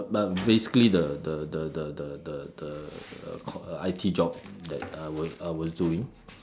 but basically the the the the the the the co~ uh I_T job that I was I was doing